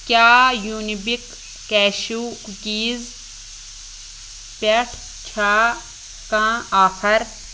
کیٛاہ Unibic cashew cookies پٮ۪ٹھ چھا کانٛہہ آفر